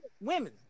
women